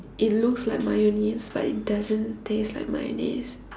it looks like mayonnaise but it doesn't taste like mayonnaise